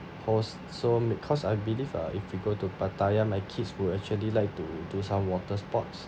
posts so ma~ cause I believe uh if you go to pattaya my kids will actually like to do some water sports